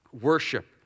worship